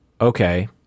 okay